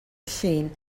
llun